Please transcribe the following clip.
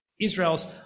Israel's